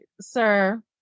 sir